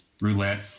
Roulette